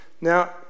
Now